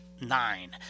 nine